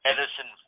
Edison